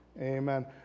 Amen